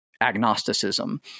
agnosticism